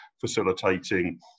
facilitating